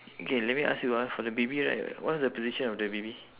okay let me ask you ah for the baby right what's the position of the baby